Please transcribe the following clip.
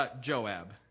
Joab